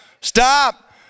Stop